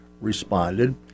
responded